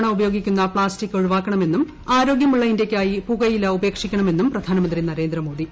ഒറ്റത്തവണ ഉപയോഗിക്കുന്നു പ്ലാ്സ്റ്റിക് ഒഴിവാക്കണമെന്നും ആരോഗ്യമുള്ള ഇന്ത്യയ്ക്കായി പുകയില ഉപേക്ഷിക്കണമെന്നും പ്രിധാനമന്ത്രി നരേന്ദ്രമോദി